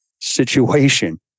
situation